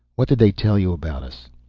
what did they tell you about us?